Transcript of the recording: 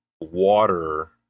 water